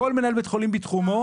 לכל מנהל בית חולים בתחומו,